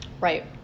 Right